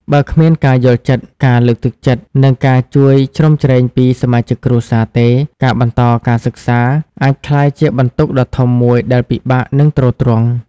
បើគ្មានការយល់ចិត្ត ការលើកទឹកចិត្ត និងការជួយជ្រោមជ្រែងពីសមាជិកគ្រួសារទេ ការបន្តការសិក្សាអាចក្លាយជាបន្ទុកដ៏ធំមួយដែលពិបាកនឹងទ្រទ្រង់។